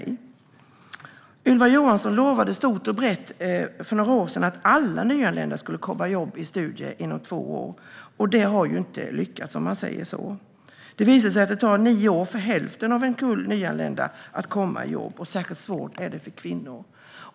Ylva Johansson lovade stort och brett för några år sedan att alla nyanlända skulle komma i jobb eller studier inom två år. Det har inte lyckats, om man säger så. Det har visat sig att det tar nio är för hälften av en kull nyanlända att komma i jobb, och särskilt svårt är det för kvinnor.